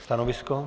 Stanovisko?